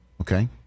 okay